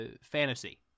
fantasy